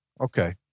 Okay